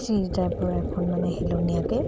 চিৰি টাইপৰ এখন মানে হেলনীয়াকৈ